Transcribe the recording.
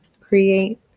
create